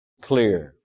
clear